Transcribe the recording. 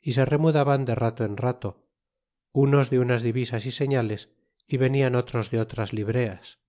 y se remudaban de rato en rato unos de unas divisas y señales y venian otros de otras libreas